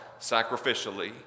sacrificially